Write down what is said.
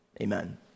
amen